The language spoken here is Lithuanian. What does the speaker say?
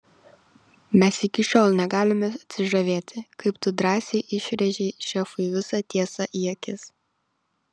mes iki šiol negalime atsižavėti kaip tu drąsiai išrėžei šefui visą tiesą į akis